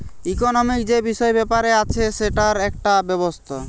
economic যে বিষয় ব্যাপার আছে সেটার একটা ব্যবস্থা